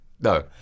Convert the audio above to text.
No